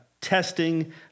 testing